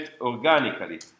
organically